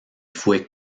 fue